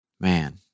Man